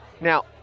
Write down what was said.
Now